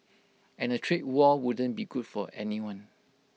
and A trade war wouldn't be good for anyone